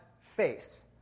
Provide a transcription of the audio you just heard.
faith